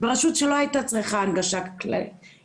ברשות שלא היתה צריכה הנגשה מלאה.